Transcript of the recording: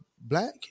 black